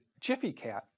JiffyCat